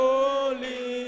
Holy